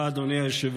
תודה, אדוני היושב-ראש.